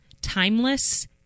Timeless